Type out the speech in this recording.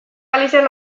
galiziar